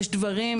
יש דברים,